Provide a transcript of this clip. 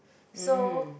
so